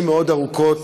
הראשונה,